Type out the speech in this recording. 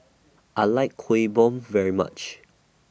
I like Kueh Bom very much